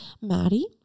Maddie